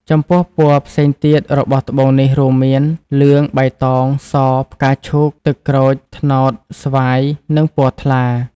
ចំពោះពណ៌ផ្សេងទៀតរបស់ត្បូងនេះរួមមាន លឿង បៃតង ស ផ្កាឈូក ទឹកក្រូច ត្នោត ស្វាយនិងពណ៌ថ្លា។